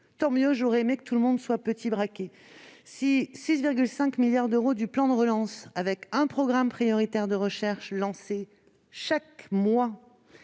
braquet », j'aurais aimé que tout le monde le soit ! Les 6,5 milliards d'euros du plan de relance, avec un programme prioritaire de recherche lancé chaque mois,